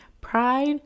Pride